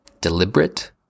Deliberate